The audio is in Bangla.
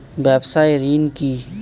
ব্যবসায় ঋণ কি?